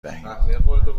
دهیم